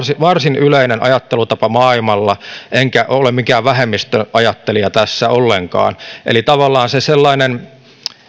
varsin yleinen ajattelutapa maailmalla enkä ole mikään vähemmistöajattelija tässä ollenkaan eli tavallaan se sellainen